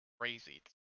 crazy